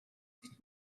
with